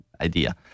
idea